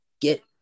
get